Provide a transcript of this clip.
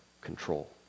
control